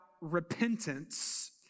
repentance